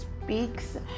speaks